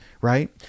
right